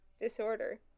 disorder